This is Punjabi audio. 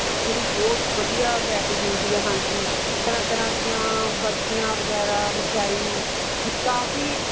ਉੱਥੇ ਵੀ ਬਹੁਤ ਵਧੀਆ ਵਿਰਾਈਟੀ ਮਿਲਦੀ ਹੈ ਹਾਂਜੀ ਤਰ੍ਹਾਂ ਤਰ੍ਹਾਂ ਦੀਆਂ ਬਰਫੀਆਂ ਵਗੈਰਾ ਮਠਿਆਈ ਅਤੇ ਕਾਫੀ